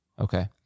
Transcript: Okay